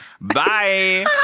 Bye